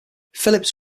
phillips